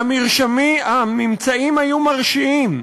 והממצאים היו מרשימים.